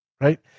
right